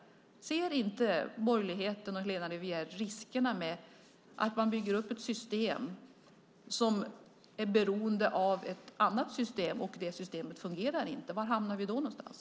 Ser inte borgerligheten och Helena Rivière riskerna med att bygga upp ett system som är beroende av ett annat system som inte fungerar? Var hamnar vi då någonstans?